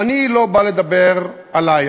אני לא בא לדבר עלי.